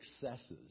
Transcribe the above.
successes